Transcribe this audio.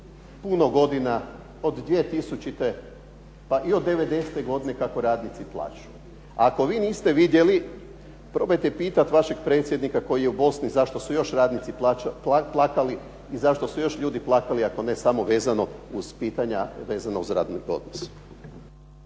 puno godina od 2000. pa i od 90. godine kako radnici plaču. Ako vi niste vidjeli probajte pitati vašeg predsjednika koji je u Bosni zašto su još radnici plakali i zašto su još ljudi plakali a to ne samo vezano uz pitanja, vezano uz radni odnos.